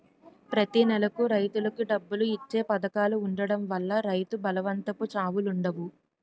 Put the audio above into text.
ప్రతి నెలకు రైతులకు డబ్బులు ఇచ్చే పధకాలు ఉండడం వల్ల రైతు బలవంతపు చావులుండవు